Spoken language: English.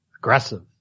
Aggressive